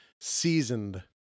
seasoned